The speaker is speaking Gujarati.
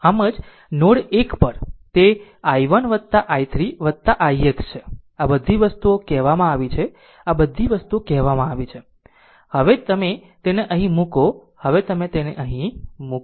આમ જ નોડ 1 પર તે i1 i3 ix છે આ બધી વસ્તુઓ કહેવામાં આવી છે આ બધી બાબતો કહેવામાં આવી છે હવે તમે તેને અહીં મૂકો હવે તમે તેને અહીં મૂકો